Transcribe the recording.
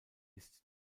ist